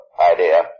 idea